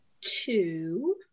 two